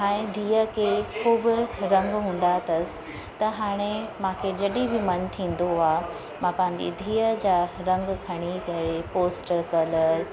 ऐं धीअ खे ख़ूब रंग हूंदा अथसि त हाणे मूंखे जॾहिं बि मन थींदो आहे मां पंहिंजी धीअ जा रंग खणी करे पोस्टर कलर